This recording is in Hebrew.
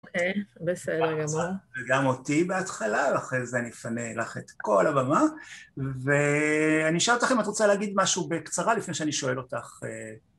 אוקיי, בסדר גמור. וגם אותי בהתחלה, ואחרי זה אני אפנה לך את כל הבמה. ואני אשאל אותך אם את רוצה להגיד משהו בקצרה, לפני שאני שואל אותך.